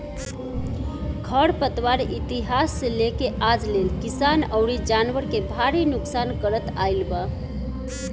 खर पतवार इतिहास से लेके आज ले किसान अउरी जानवर के भारी नुकसान करत आईल बा